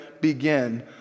Begin